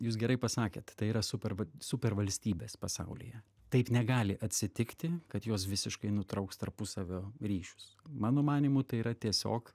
jūs gerai pasakėt tai yra super super valstybės pasaulyje taip negali atsitikti kad jos visiškai nutrauks tarpusavio ryšius mano manymu tai yra tiesiog